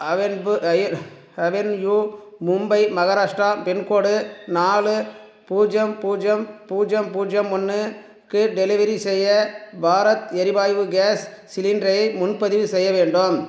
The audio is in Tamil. அவென்பு அவென்யூ மும்பை மகாராஷ்டிரா பின்கோடு நாலு பூஜ்ஜியம் பூஜ்ஜியம் பூஜ்ஜியம் பூஜ்ஜியம் ஒன்று க்கு டெலிவரி செய்ய பாரத் எரிவாய்வு கேஸ் சிலிண்டரை முன்பதிவு செய்ய வேண்டும்